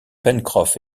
pencroff